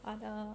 and err